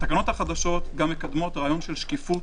התקנות החדשות מקדמות רעיון של שקיפות,